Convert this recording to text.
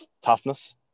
toughness